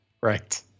Right